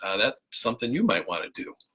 ah that's something you might want to do.